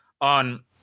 on